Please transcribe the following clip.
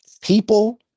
People